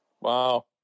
Wow